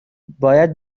باید